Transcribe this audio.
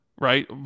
right